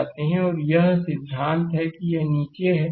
और यह सिद्धांत है कि यह नीचे है